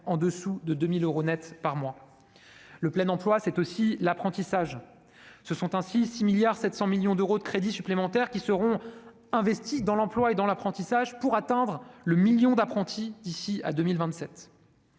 inférieur à 2 000 euros net par mois. Le plein emploi, c'est aussi l'apprentissage. Quelque 6,7 milliards d'euros de crédits supplémentaires seront investis dans l'emploi et l'apprentissage pour atteindre l'objectif du million d'apprentis d'ici à 2027.